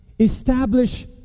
Establish